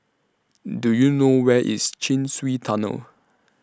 Do YOU know Where IS Chin Swee Tunnel